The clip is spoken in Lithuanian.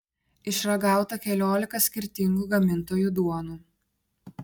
išragauta keliolika skirtingų gamintojų duonų